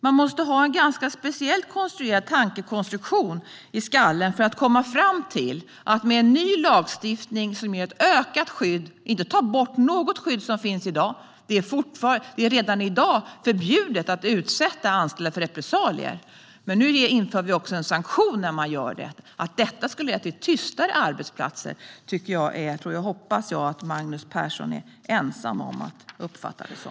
Man måste ha en ganska speciell tankekonstruktion i skallen för att komma fram till att en ny lagstiftning som ger ett ökat skydd, inte tar bort något skydd som finns i dag, skulle leda till tystare arbetsplatser. Det är redan i dag förbjudet att utsätta anställda för repressalier, men nu inför vi också en sanktion om man gör det. Jag hoppas att Magnus Persson är ensam om att uppfatta det så.